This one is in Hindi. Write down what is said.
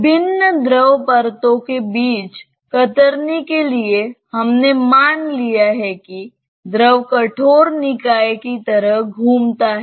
विभिन्न द्रव परतों के बीच कतरनी के लिए हमने मान लिया है कि द्रव कठोर निकाय की तरह घूमता है